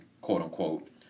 quote-unquote